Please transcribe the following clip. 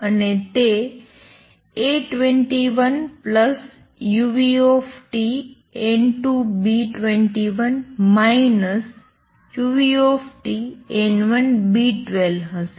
અને તે A21 uTN2B21 uTN1B12 હશે